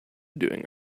doing